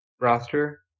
roster